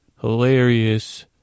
Hilarious